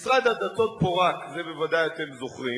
משרד הדתות פורק, את זה בוודאי אתם זוכרים.